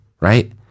right